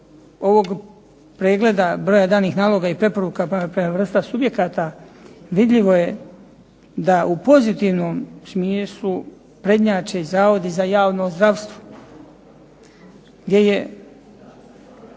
ovog pregleda broja danih naloga i preporuka prema vrstama subjekata, vidljivo je da u pozitivnom smislu prednjače Zavodi za javno zdravstvo, gdje je